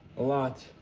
a lot.